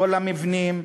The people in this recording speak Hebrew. כל המבנים,